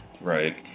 Right